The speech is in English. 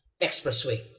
Expressway